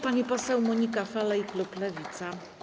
Pani poseł Monika Falej, klub Lewica.